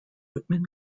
whitman